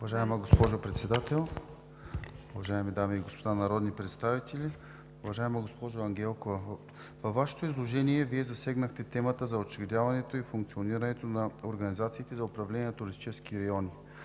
Уважаема госпожо Председател, уважаеми дами и господа народни представители! Уважаема госпожо Ангелкова, във Вашето изложение засегнахте темата за учредяването и функционирането на организацията за управление на туристически райони.